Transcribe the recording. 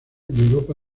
europa